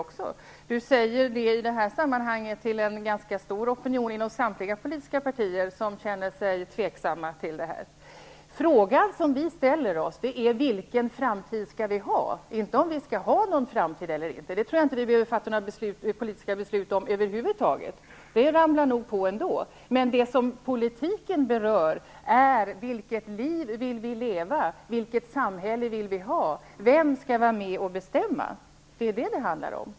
Bengt Dalström säger det i det här sammanhanget till en ganska stor opinion inom samtliga politiska partier som känner sig tveksam. Den fråga som vi ställer oss är: Vilken framtid skall vi ha? Det gäller inte om vi skall ha någon framtid eller ej -- det tror jag inte vi behöver fatta några politiska beslut om över huvud taget, för framtiden ramlar nog på ändå. Det som politiken handlar om är: Vilket liv vill vi leva? Vilket samhälle vill vi ha? Vem skall vara med och bestämma?